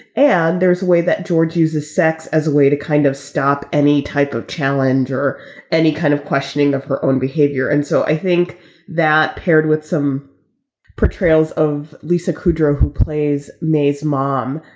and there's a way that george uses sex as a way to kind of stop any type of challenge or any kind of questioning of her own behavior. and so i think that paired with some portrayals of lisa kudrow, who plays may's mom,